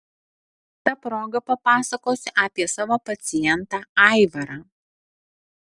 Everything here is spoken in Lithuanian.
ta proga papasakosiu apie savo pacientą aivarą